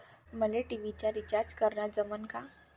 मले टी.व्ही चा रिचार्ज करन जमन का?